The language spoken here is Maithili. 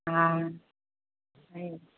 हँ